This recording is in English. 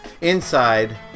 inside